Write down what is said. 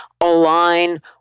align